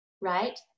right